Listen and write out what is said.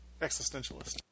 existentialist